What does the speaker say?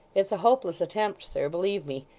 it's a hopeless attempt, sir, believe me.